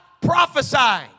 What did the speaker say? prophesying